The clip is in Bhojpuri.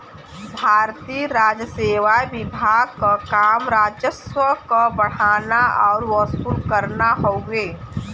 भारतीय राजसेवा विभाग क काम राजस्व क बढ़ाना आउर वसूल करना हउवे